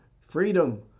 freedom